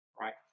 right